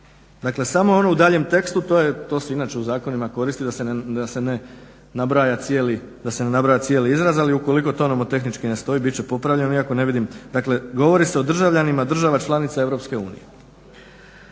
dakle samo ono u daljnjem tekstu to se inače u zakonima koristi da se ne nabraja cijeli izraz. Ali ukoliko to nomotehnički ne stoji bit će popravljeno iako ne vidim. Dakle, govori se o državljanima država članica EU. Što se tiče